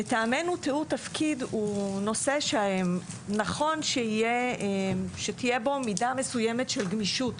לטעמנו תיאור תפקיד הוא נושא שנכון שתהיה בו מידה מסוימת של גמישות,